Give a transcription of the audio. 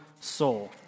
soul